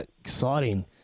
exciting